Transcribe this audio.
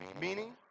meaning